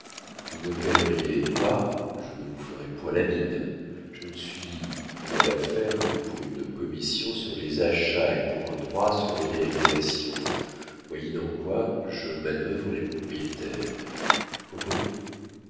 vous ne paieriez pas je ne vous ferais point la mine je ne suis dans l'affaire que pour une commission sur les achats et pour un droit sur les réalisations moyennant quoi je manœuvre les propriétaires comprenez-vous